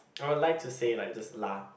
I would like to say like just lah